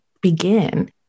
begin